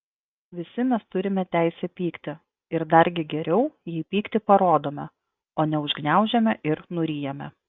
visi mes turime teisę pykti ir dargi geriau jei pyktį parodome o ne užgniaužiame ir nuryjame